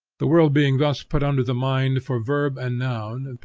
the world being thus put under the mind for verb and noun,